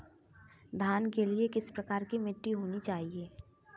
धान के लिए किस प्रकार की मिट्टी होनी चाहिए?